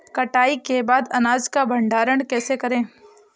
कटाई के बाद अनाज का भंडारण कैसे करें?